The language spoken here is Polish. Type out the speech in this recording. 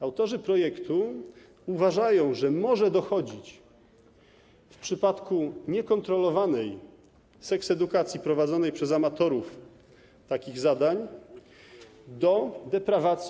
Autorzy projektu uważają, że może dochodzić w przypadku niekontrolowanej seksedukacji prowadzonej przez amatorów takich zadań do deprawacji.